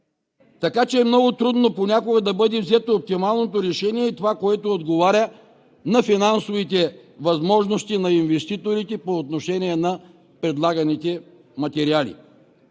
Така че е много трудно понякога да бъде взето оптималното решение и това, което отговаря на финансовите възможности на инвеститорите по отношение на предлаганите материали.